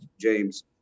James